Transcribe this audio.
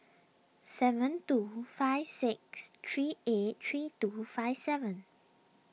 seven two five six three eight three two five seven